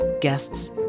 guests